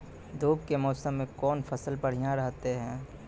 धूप के मौसम मे कौन फसल बढ़िया रहतै हैं?